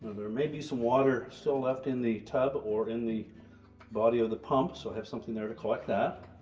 there may be some water still left in the tub or in the body of the pump, so i have something there to collect that.